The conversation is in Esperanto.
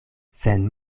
sen